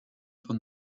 for